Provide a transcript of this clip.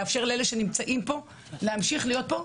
לאפשר לאלה שנמצאים פה להמשיך להיות פה,